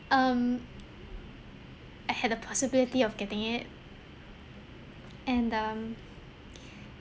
um I had a possibility of getting it and um